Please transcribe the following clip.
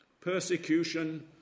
Persecution